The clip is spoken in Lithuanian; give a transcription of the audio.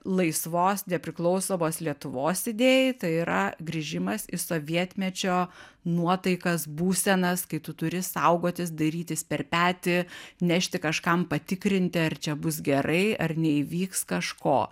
laisvos nepriklausomos lietuvos idėjai tai yra grįžimas į sovietmečio nuotaikas būsenas kai tu turi saugotis dairytis per petį nešti kažkam patikrinti ar čia bus gerai ar neįvyks kažko